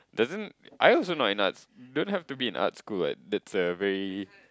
doesn't I also not in Arts don't have to be in Arts school what that's a very